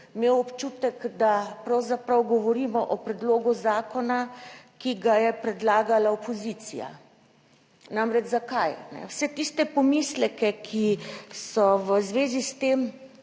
imel občutek, da pravzaprav govorimo o predlogu zakona, ki ga je predlagala opozicija. Namreč zakaj? Vse tiste pomisleke, ki so v zvezi s tem